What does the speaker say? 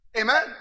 Amen